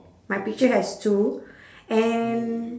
my picture has two and